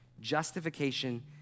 justification